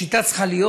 השיטה צריכה להיות: